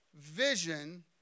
vision